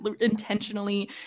intentionally